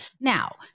now